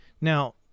Now